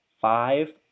five